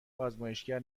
آزمایشگر